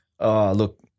look